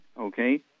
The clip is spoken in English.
okay